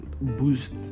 boost